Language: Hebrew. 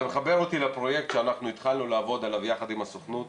זה מחבר אותי לפרויקט שאנחנו התחלנו לעבוד עליו יחד עם הסוכנות,